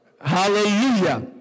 Hallelujah